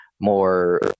more